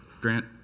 Grant